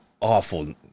awful